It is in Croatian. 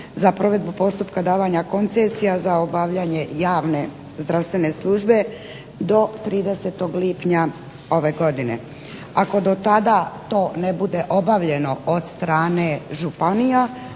za provedbu postupka davanja koncesija za obavljanje javne zdravstvene službe do 30. lipnja ove godine. Ako do tada to ne bude obavljeno od strane županija,